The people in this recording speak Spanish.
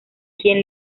quien